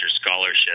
scholarship